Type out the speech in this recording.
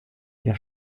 der